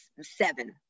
seven